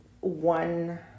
one